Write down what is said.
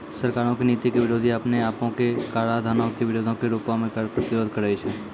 सरकारो के नीति के विरोध या अपने आपो मे कराधानो के विरोधो के रूपो मे कर प्रतिरोध करै छै